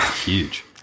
huge